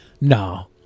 No